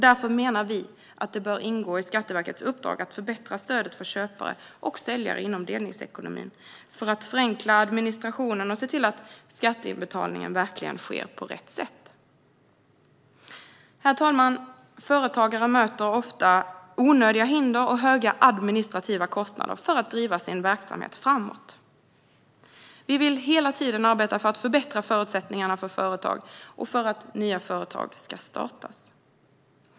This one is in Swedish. Därför menar vi att det bör ingå i Skatteverkets uppdrag att förbättra stödet för köpare och säljare inom delningsekonomin för att förenkla administrationen och se till att skatteinbetalningen verkligen sker på rätt sätt. Herr talman! Företagare möter ofta onödiga hinder och höga administrativa kostnader för att driva sin verksamhet framåt. Vi vill hela tiden arbeta för att förbättra förutsättningarna för företag och för att nya företag ska startas.